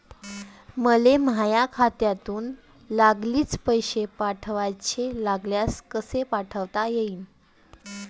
मले माह्या खात्यातून लागलीच पैसे पाठवाचे असल्यास कसे पाठोता यीन?